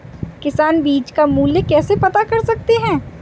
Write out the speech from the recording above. किसान बीज का मूल्य कैसे पता कर सकते हैं?